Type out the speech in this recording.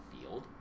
field